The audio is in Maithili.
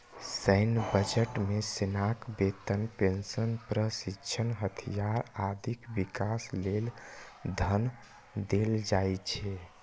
सैन्य बजट मे सेनाक वेतन, पेंशन, प्रशिक्षण, हथियार, आदिक विकास लेल धन देल जाइ छै